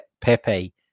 Pepe